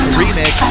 remix